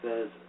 says